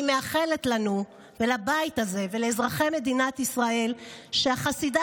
אני מאחלת לנו ולבית הזה ולאזרחי מדינת ישראל שהחסידה